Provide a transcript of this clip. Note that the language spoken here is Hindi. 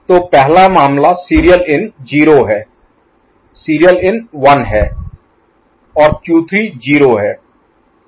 तो पहला मामला सीरियल इन 0 है सीरियल इन 1 है और Q3 0 है